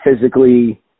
physically